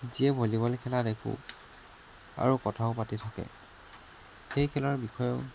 যিয়ে ভলীবল খেলা দেখোঁ আৰু কথাও পাতি থাকে সেই খেলৰ বিষয়েও